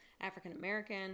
African-American